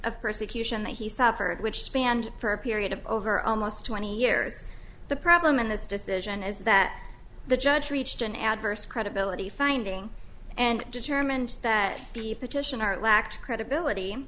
of persecution that he suffered which spanned for a period of over almost twenty years the problem in this decision is that the judge reached an adverse credibility finding and determined that the petitioner lacked credibility